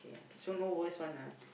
ya so no worst one ah